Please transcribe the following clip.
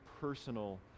personal